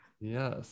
Yes